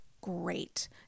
great